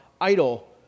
idle